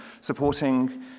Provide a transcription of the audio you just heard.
supporting